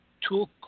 took